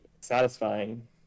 satisfying